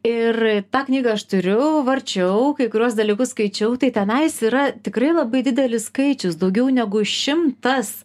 ir tą knygą aš turiu varčiau kai kuriuos dalykus skaičiau tai tenais yra tikrai labai didelis skaičius daugiau negu šimtas